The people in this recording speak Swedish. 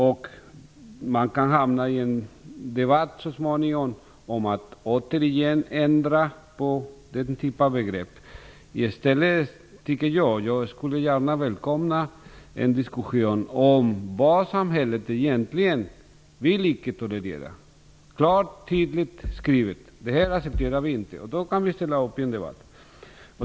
Man kan så småningom hamna i en debatt om att den typen av begrepp återigen skall ändras. Jag skulle gärna välkomna en diskussion om vad samhället egentligen icke vill tolerera, klart och tydligt skrivet: Det här accepterar vi inte. Då kan vi ställa upp i en debatt.